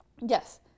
Yes